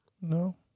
No